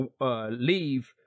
leave